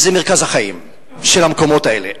זה מרכז החיים של המקומות האלה.